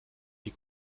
die